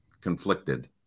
conflicted